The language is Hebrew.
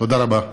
תודה רבה.